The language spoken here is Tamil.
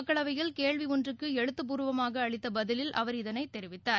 மக்களவையில் கேள்வி ஒன்றுக்கு எழுத்துபூர்வமாக அளித்த பதில் அவர் இதனை தெரிவித்தார்